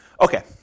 Okay